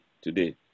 today